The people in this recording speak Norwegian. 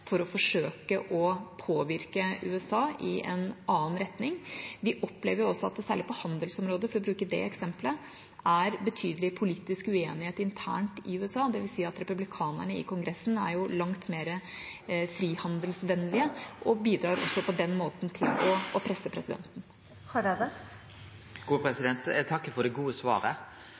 for å forsøke å påvirke USA i en annen retning. Vi opplever også at det særlig på handelsområdet, for å bruke det eksemplet, er betydelig politisk uenighet internt i USA. Det vil si at republikanerne i Kongressen er langt mer frihandelsvennlige og bidrar også på den måten til å presse presidenten. Eg takkar for det gode svaret. Eg vil utfordre vidare på nettopp det